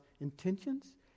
intentions